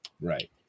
Right